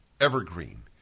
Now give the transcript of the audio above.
evergreen